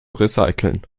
recyceln